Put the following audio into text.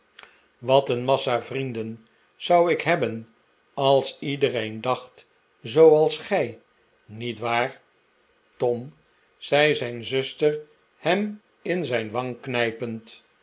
wat een massa vrienden zou ik hebben als iedereen dacht zooals gij niet waar tom zei zijn zuster hem in zijn wang knijpend